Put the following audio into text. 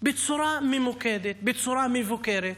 בצורה ממוקדת, בצורה מבוקרת.